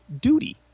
duty